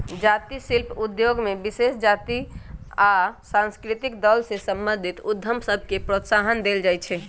जाती शिल्प उद्योग में विशेष जातिके आ सांस्कृतिक दल से संबंधित उद्यम सभके प्रोत्साहन देल जाइ छइ